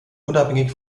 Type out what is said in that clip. unabhängig